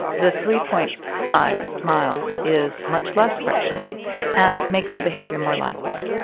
the three point five miles is much less friction and makes the behavior more likely.